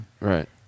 Right